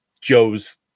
Joe's